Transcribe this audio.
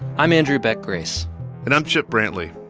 i'm andrew beck grace and i'm chip brantley.